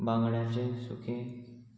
बांगड्याचें सुकें